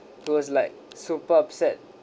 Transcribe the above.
he was like super upset